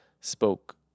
spoke